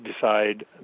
decide